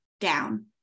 down